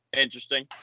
interesting